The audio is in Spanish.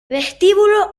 vestíbulo